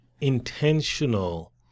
intentional